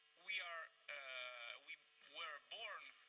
we are we were born